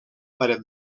paret